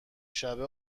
شبه